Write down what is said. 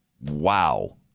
Wow